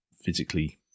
physically